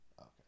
Okay